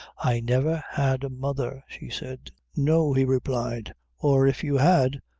i never had a mother! she said. no, he replied or if you had,